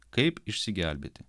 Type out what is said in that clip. kaip išsigelbėti